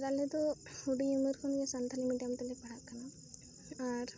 ᱟᱞᱮ ᱫᱚ ᱦᱩᱰᱤᱧ ᱩᱢᱮᱨ ᱠᱷᱚᱱ ᱜᱮ ᱥᱟᱱᱛᱟᱲᱤ ᱢᱤᱰᱤᱭᱟᱢ ᱛᱮᱞᱮ ᱯᱟᱲᱦᱟᱜ ᱠᱟᱱᱟ ᱟᱨ